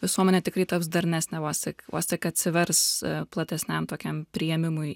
visuomenė tikrai taps darnesnė vos tik vos tik atsivers platesniam tokiam priėmimui